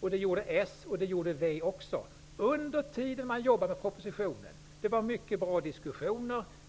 och det gjorde representanter från s och v också, under den tid man jobbade med propositionen. Det hölls mycket bra diskussioner.